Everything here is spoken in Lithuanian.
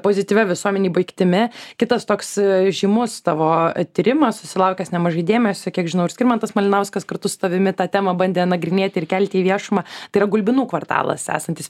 pozityvia visuomenei baigtimi kitas toks žymus tavo tyrimas susilaukęs nemažai dėmesio kiek žinau ir skirmantas malinauskas kartu su tavimi tą temą bandė nagrinėti ir kelti į viešumą tai yra gulbinų kvartalas esantis